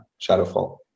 Shadowfall